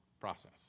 process